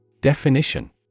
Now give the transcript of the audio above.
Definition